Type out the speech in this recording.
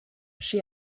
she